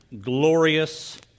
glorious